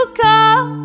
call